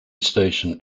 station